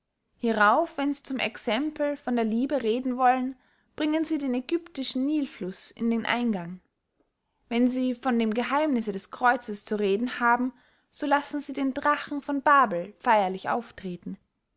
hierauf wenn sie zum exempel von der liebe reden wollen bringen sie den egyptischen nilfluß in den eingang wenn sie von dem geheimnisse des kreuzes zu reden haben so lassen sie den drachen von babel feyerlich auftreten